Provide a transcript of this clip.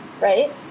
Right